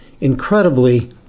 incredibly